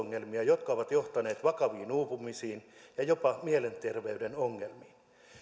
talousongelmia jotka ovat johtaneet vakaviin uupumisiin ja jopa mielenterveyden ongelmiin